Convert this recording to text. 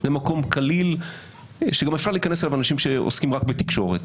שזה מקום קליל שגם יכולים להיכנס אליו אנשים שעוסקים רק בתקשורת,